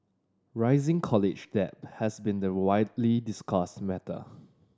rising college debt has been the widely discussed matter